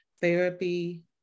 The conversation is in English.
therapy